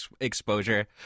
Exposure